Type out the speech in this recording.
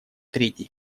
третьей